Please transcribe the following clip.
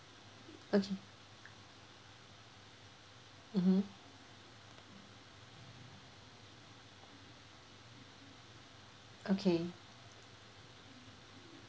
okay mmhmm okay